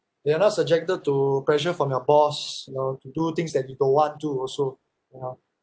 you are not subjected to pressure from your boss you know to do things that you don't want to also you know